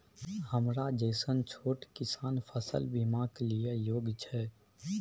हमरा जैसन छोट किसान फसल बीमा के लिए योग्य छै?